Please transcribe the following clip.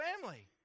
family